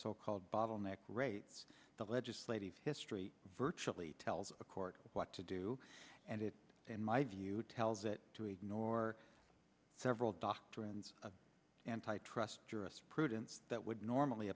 so called bottleneck rates the legislative history virtually tells a court what to do and it in my view tells it to ignore several doctrines of antitrust jurisprudence that would normally